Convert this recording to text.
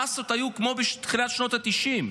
המאסות היו גדולות כמו בתחילת שנות התשעים.